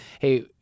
hey